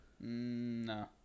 No